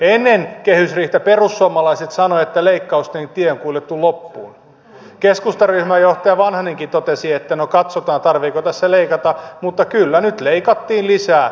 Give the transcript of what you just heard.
ennen kehysriihtä perussuomalaiset sanoivat että leikkausten tie on kuljettu loppuun keskustan ryhmäjohtaja vanhanenkin totesi että katsotaan tarvitseeko tässä leikata mutta kyllä nyt leikattiin lisää